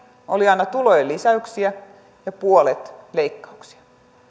oli aina tulojen lisäyksiä ja puolet leikkauksia